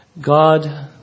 God